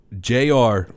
JR